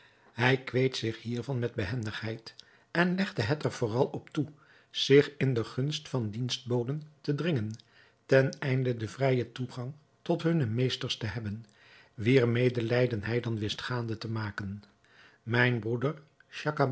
hij kweet zich hiervan met behendigheid en legde het er vooral op toe zich in de gunst van dienstboden te dringen ten einde den vrijen toegang tot hunne meesters te hebben wier medelijden hij dan wist gaande te maken mijn broeder